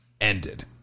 ended